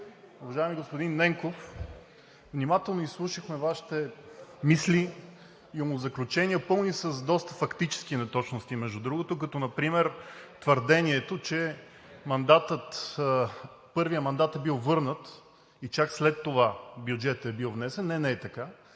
Уважаеми господин Ненков, внимателно изслушахме Вашите мисли и умозаключения, пълни с доста фактически неточности, между другото, като например твърдението, че първият мандат е бил върнат и чак след това бюджетът е бил внесен. Не, не е така!